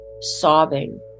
sobbing